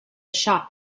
shop